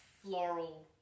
floral